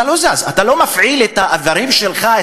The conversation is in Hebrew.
אתה לא מפעיל את האברים שלך,